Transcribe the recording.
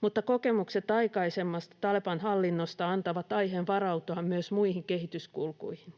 mutta kokemukset aikaisemmasta Taleban-hallinnosta antavat aiheen varautua myös muihin kehityskulkuihin.